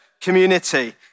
community